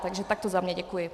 Takže takto za mě, děkuji.